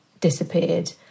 disappeared